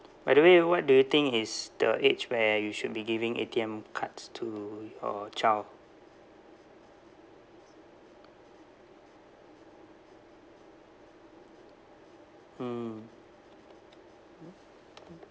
by the way what do you think is the age where you should be giving A_T_M cards to your child hmm